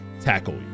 tackle